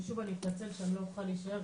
ושוב אני אתנצל שאני לא אוכל להישאר,